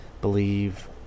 believe